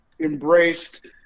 embraced